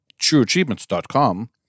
trueachievements.com